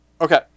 Okay